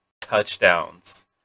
touchdowns